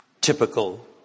typical